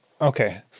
Okay